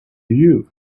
you